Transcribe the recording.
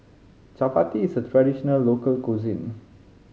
Chapati is a traditional local cuisine